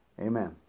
Amen